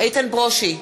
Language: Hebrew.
איתן ברושי,